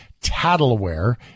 Tattleware